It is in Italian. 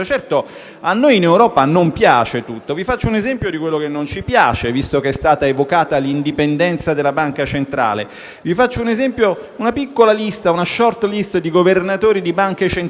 a noi in Europa non piace tutto e vi faccio un esempio di quello che non ci piace, visto che è stata evocata l'indipendenza della nostra banca centrale. Vi faccio una *short list* di Governatori di banche centrali